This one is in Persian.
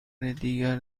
دیگر